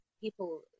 people